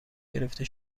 گرفته